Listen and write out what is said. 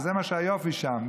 וזה מה שהיופי שם,